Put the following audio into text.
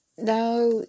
now